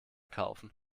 kaufen